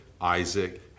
isaac